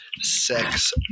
sex